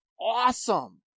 awesome